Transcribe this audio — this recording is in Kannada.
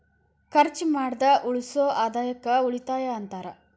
ಖರ್ಚ್ ಮಾಡ್ದ ಉಳಿಸೋ ಆದಾಯಕ್ಕ ಉಳಿತಾಯ ಅಂತಾರ